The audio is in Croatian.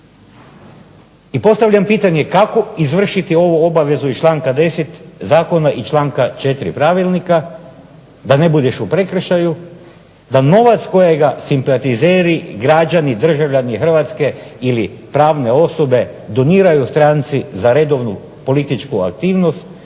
i postavljam pitanje kako izvršiti ovu obavezu iz članka 10. zakona i članka 4. pravilnika da ne budeš u prekršaju, da novac kojega simpatizeri građani, državljani Hrvatske ili pravne osobe doniraju stranci za redovnu političku aktivnost